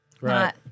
right